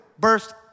Burst